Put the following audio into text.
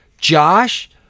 Josh